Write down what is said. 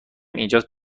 اینجا